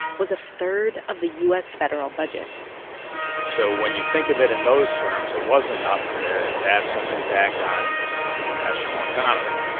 was a third of the u s. federal budget so when you think of it in those terms, it was enough to to have some impact on the national economy.